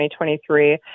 2023